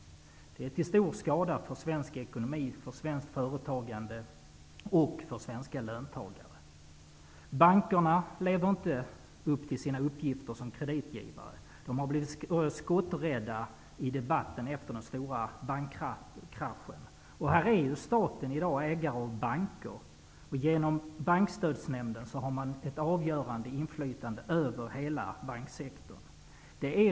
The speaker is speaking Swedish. Det är till stor skada för svensk ekonomi, för svensk företagande och för svenska löntagare. Bankerna lever inte upp till rollen som kreditgivare. De har blivit skotträdda i debatten efter den stora bankkraschen. Staten är i dag ägare av banker, och genom Bankstödsnämnden har staten ett avgörande inflytande över hela banksektorn.